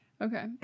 okay